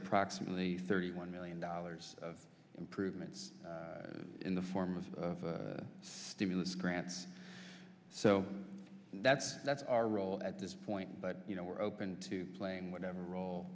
approximately thirty one million dollars of improvements in the form of stimulus grants so that's that's our role at this point but you know we're open to playing whatever role